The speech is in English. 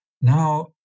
now